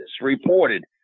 reported